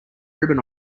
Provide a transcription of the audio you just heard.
ribbon